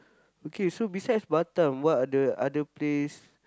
okay so besides Batam what are the other place